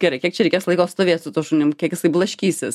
gerai kiek čia reikės laiko stovėt su tuo šunim kiek jisai blaškysis